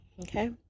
okay